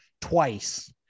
twice